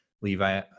Levi